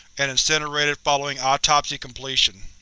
and incinerated following autopsy completion.